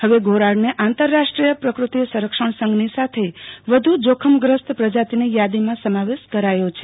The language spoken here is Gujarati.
ફવે તે આંતરરાષ્ટ્રી થ પ્રફતિ સંરક્ષણ સંઘ ની સાથે વધુ જોખમગ્રસ્ત પ્રજાતિની થાદીમાં સમાવેશ કરાયો છે